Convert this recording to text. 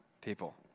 people